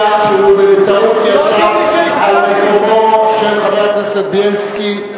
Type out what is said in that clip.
מסי עירייה ומסי ממשלה (פטורין) (פטור לאכסניית נוער של בית-ספר